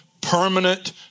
permanent